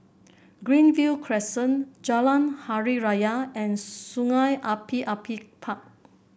Greenview Crescent Jalan Hari Raya and Sungei Api Api Park